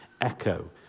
echo